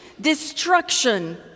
destruction